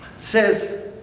says